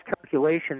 calculation